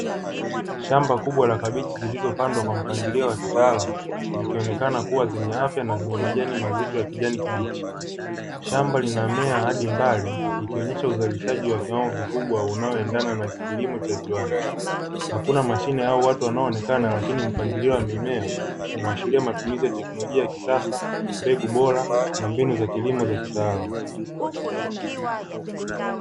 Shamba kubwa la kabichi zilizopandwa kwa mpangilio wa kitaalamu zikionekana kuwa zenye afya na zenye majani mazito ya kijani kibichi. Shamba linamea hadi mbali ikionyesha uzalishaji wa kiwango kikubwa unaoendana na kilimo cha viwanda, hakuna mashine au watu wanaoonekana, lakini mpangilio wa mimea unaashiria matumizi ya teknolojia ya kisasa mbegu bora na mbinu za kilimo za kitaalamu.